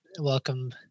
Welcome